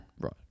Right